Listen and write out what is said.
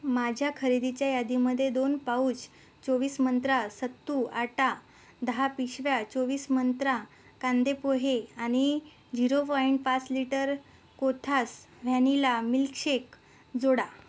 माझ्या खरेदीच्या यादीमध्ये दोन पाउच चोवीस मंत्रा सत्तू आटा दहा पिशव्या चोवीस मंत्रा कांदे पोहे आणि झिरो पॉइंट पाच लिटर कोथास व्हॅनिला मिल्कशेक जोडा